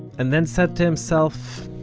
and then said to himself,